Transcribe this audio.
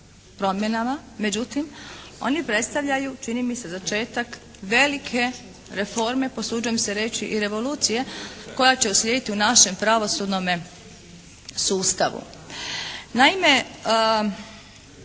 promjenama međutim oni predstavljaju čini mi se začetak velike reforme pa usuđujem se reći i revolucije koja će uslijediti u našem pravosudnome sustavu. Naime